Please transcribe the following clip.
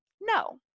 No